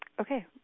Okay